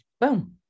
Boom